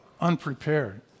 unprepared